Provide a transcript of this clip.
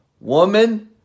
woman